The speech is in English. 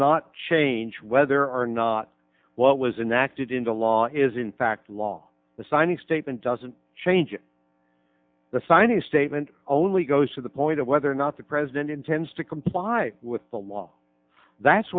not change whether or not what was enact it into law is in fact law the signing statement doesn't change the signing statement only goes to the point of whether or not the president intends to comply with the law that's